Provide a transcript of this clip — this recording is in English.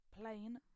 plain